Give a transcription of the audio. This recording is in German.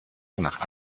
nach